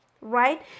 right